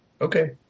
Okay